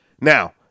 Now